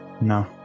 No